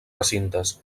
recintes